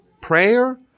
prayer